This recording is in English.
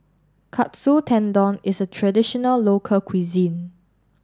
Katsu Tendon is a traditional local cuisine